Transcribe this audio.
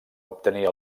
obtenir